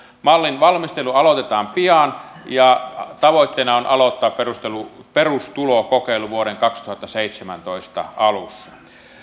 mallin valmistelu aloitetaan pian ja tavoitteena on aloittaa perustulokokeilu perustulokokeilu vuoden kaksituhattaseitsemäntoista alussa